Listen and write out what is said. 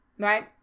right